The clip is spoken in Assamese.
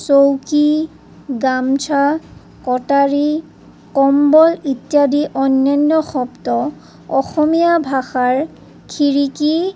চৌকি গামচ্ছা কটাৰী কম্বল ইত্যাদি অনান্য শব্দ অসমীয়া ভাষাৰ খিৰিকী